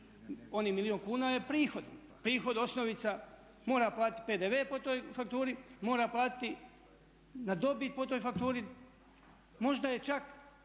onih milijun kuna je prihod. Prihod osnovica mora platiti PDV po toj fakturi, mora platiti na dobit po toj fakturi. Možda je čak